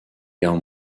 guerre